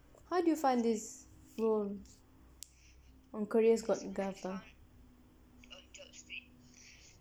how did you find this role on careers got gov ah